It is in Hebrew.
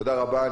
תודה רבה.